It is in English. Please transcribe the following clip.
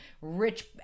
rich